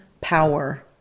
power